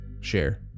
share